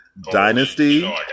Dynasty